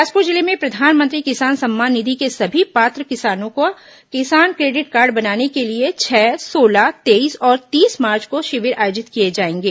बिलासपुर जिले में प्रधानमंत्री किसान सम्मान निधि के सभी पात्र किसानों का किसान क्रेडिट कार्ड बनाने के लिए छह सोलह तेईस और तीस मार्च को शिविर आयोजित किए जाएंगे